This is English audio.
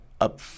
up